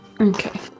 Okay